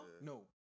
No